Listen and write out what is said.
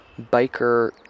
biker